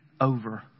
over